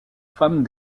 femmes